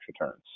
returns